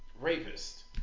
rapist